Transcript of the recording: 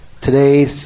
today